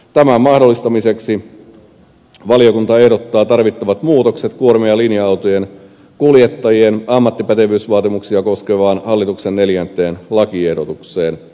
tämän mahdollistamiseksi valiokunta ehdottaa tarvittavat muutokset kuorma ja linja autojen kuljettajien ammattipätevyysvaatimuksia koskevaan hallituksen neljänteen lakiehdotukseen